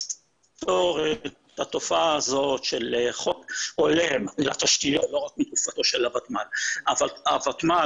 היסטורית התופעה הזאת היא לא רק בתקופתו של הוותמ"ל אבל הוותמ"ל,